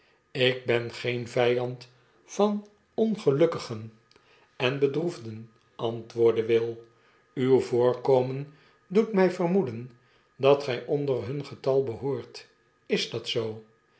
ik ben geen vpnd van ongelukkigen en bedroefden antwoordde will uw voorkomen doet my vermoeden dat g-jj onderbun getal behoort is dat zoo